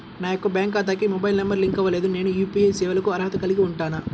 నా యొక్క బ్యాంక్ ఖాతాకి మొబైల్ నంబర్ లింక్ అవ్వలేదు నేను యూ.పీ.ఐ సేవలకు అర్హత కలిగి ఉంటానా?